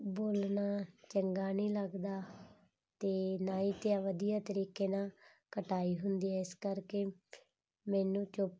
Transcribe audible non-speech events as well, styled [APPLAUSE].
ਬੋਲਣਾ ਚੰਗਾ ਨਹੀਂ ਲੱਗਦਾ ਅਤੇ ਨਾ ਹੀ [UNINTELLIGIBLE] ਵਧੀਆ ਤਰੀਕੇ ਨਾਲ ਕਟਾਈ ਹੁੰਦੀ ਹੈ ਇਸ ਕਰਕੇ ਮੈਨੂੰ ਚੁੱਪ